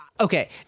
Okay